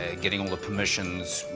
ah getting all the permissions,